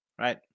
right